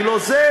אני לא זה,